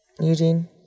Eugene